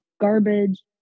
garbage